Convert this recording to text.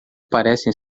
parecem